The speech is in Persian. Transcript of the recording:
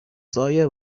سایه